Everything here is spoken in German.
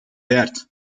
wert